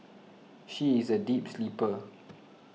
she is a deep sleeper